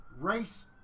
race